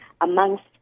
amongst